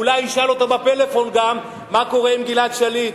אולי ישאל אותו בפלאפון גם מה קורה עם גלעד שליט,